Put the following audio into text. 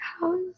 house